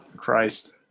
christ